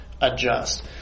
adjust